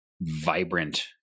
vibrant